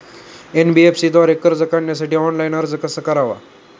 NBFC द्वारे कर्ज काढण्यासाठी ऑनलाइन अर्ज कसा करावा?